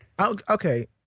Okay